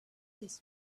this